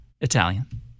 Italian